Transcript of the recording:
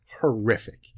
horrific